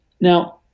now